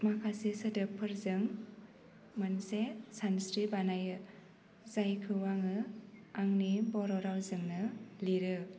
माखासे सोदोबफोरजों मोनसे सानस्रि बानायो जायखौ आङो आंनि बर' रावजोंनो लिरो